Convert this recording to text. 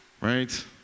Right